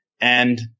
And-